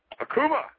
Akuma